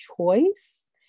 choice